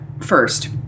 first